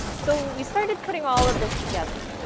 so we started putting all of this together.